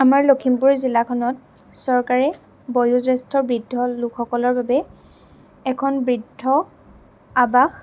আমাৰ লখিমপুৰ জিলাখনত চৰকাৰে বয়োজ্য়েষ্ঠ বৃদ্ধ লোকসকলৰ বাবে এখন বৃদ্ধ আৱাস